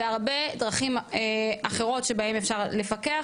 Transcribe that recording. והרבה דרכים אחרות שבהם אפשר לפקח,